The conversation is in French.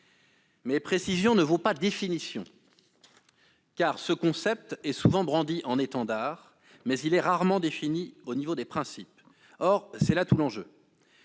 précision ne vaut pas définition, car ce concept est souvent brandi en étendard, mais rarement défini au niveau des principes. Or c'est là tout l'enjeu.